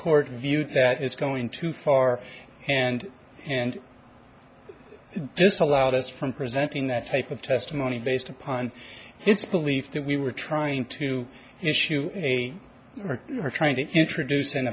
court view that is going too far and and this allowed us from presenting that type of testimony based upon its belief that we were trying to issue or are trying to introduce an